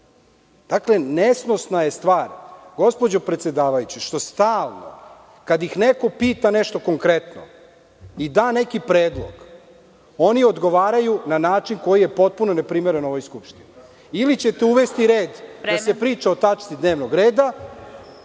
najzad. Dakle, nesnosna je stvar, gospođo predsedavajuća, što stalno kada ih neko pita nešto konkretno, i da neki predlog, oni odgovaraju na način koji je potpuno neprimeren ovoj Skupštini. Ili ćete uvesti red da se priča o tački dnevnog reda,